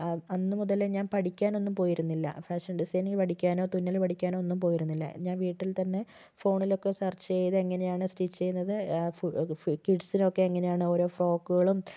അന്ന് മുതലേ ഞാൻ പഠിക്കാനൊന്നും പോയിരുന്നില്ല ഫാഷൻ ഡിസൈനിങ്ങ് പഠിക്കാനോ തുന്നൽ പഠിക്കാനോ ഒന്നും പോയിരുന്നില്ല ഞാൻ വീട്ടിൽ തന്നെ ഫോണിലൊക്കെ സെർച്ച് ചെയ്ത് എങ്ങനെയാണ് സ്റ്റിച്ച് ചെയ്യുന്നത് ഫ് ഫ് കിഡ്സിനൊക്കെ എങ്ങനെയാണ് ഓരോ ഫ്രോക്കുകളും